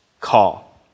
call